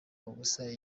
ubusa